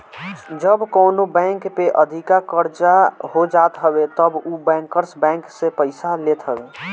जब कवनो बैंक पे अधिका कर्जा हो जात हवे तब उ बैंकर्स बैंक से पईसा लेत हवे